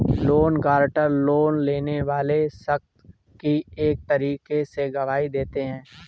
loan guarantor, loan लेने वाले शख्स की एक तरीके से गवाही देते हैं